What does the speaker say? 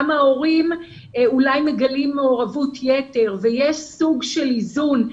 ההורים אולי מגלים מעורבות יתר ויש סוג של איזון.